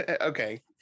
Okay